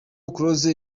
close